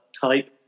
type